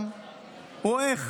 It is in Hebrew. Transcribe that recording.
סבא-רבא.